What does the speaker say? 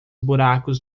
buracos